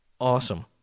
awesome